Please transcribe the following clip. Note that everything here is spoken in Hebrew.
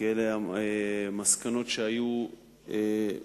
כי אלה המסקנות שהיו בזמנן,